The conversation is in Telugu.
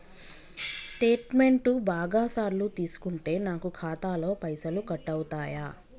స్టేట్మెంటు బాగా సార్లు తీసుకుంటే నాకు ఖాతాలో పైసలు కట్ అవుతయా?